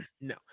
No